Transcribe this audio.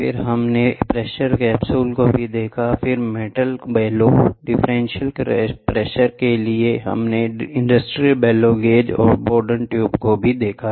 फिर हमने pressure capsules को भी देखा फिर मेटल बेलो डिफरेंशियल प्रेशर के लिए हमने इंडस्ट्रियल बेलो गेज और बोरडॉन ट्यूब्स को देखा